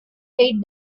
wait